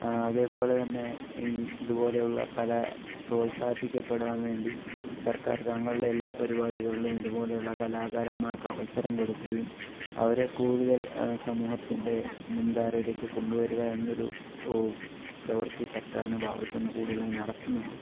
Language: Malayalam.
അതേപോലെ തന്നെ ഇതുപോലെയുള്ള കല പ്രോത്സാഹിപ്പിക്കപ്പെടാൻ വേണ്ടി സർക്കാർ തങ്ങളുടെ എല്ലാ പരിപാടികളിലും ഇതുപോലെയുള്ള കലാകാരന്മാർക്ക് അവസരം കൊടുക്കുകയും അവരെ കൂടുതൽ സമൂഹത്തിൻ്റെ മുൻധാരയിലേക്ക് കൊണ്ട് വരുക എന്നൊരു പ്രവൃത്തി സർക്കാരിൻ്റെ ഭാഗത്ത് നിന്ന് കൂടുതലായി നടത്തുന്നുണ്ട്